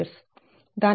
దాని అర్థం D 42 0